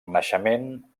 naixement